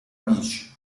amici